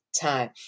time